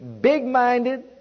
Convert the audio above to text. big-minded